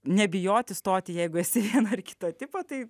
nebijoti stoti jeigu esi vieno ar kito tipo tai